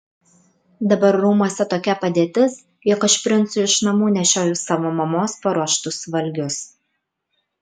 dabar rūmuose tokia padėtis jog aš princui iš namų nešioju savo mamos paruoštus valgius